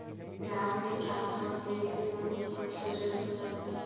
बिहार में छात्रों के लिए कौन कौन से ऋण उपलब्ध हैं?